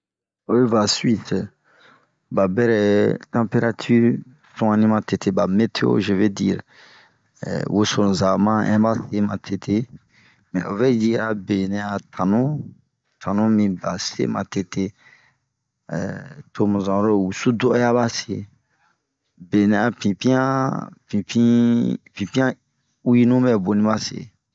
Oyi va suwise ba bɛrɛ tamperatir suani matete, ba metao ze ve dire .ɛh wosonu za ma ɛnh base matete mɛ ovɛ yi a benɛ a tanu, tanu minb ba se matete ɛh tobu zan'oro wusu do'ɔya ba se, benɛ a pinpianh pinpin pinpian uwi nu bɛ boni ba se.